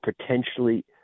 potentially –